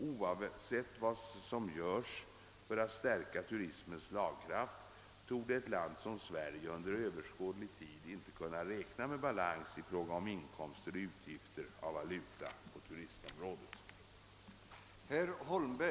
Oavsett vad som görs för att stärka turismens slagkraft torde ett land som Sverige under överskådlig tid inte kunna räkna med balans i fråga om inkomster och utgifter av valuta på turistområdet.